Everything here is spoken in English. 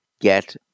get